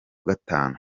gatanu